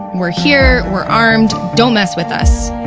we're here, we're armed. don't mess with us.